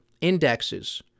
indexes